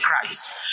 Christ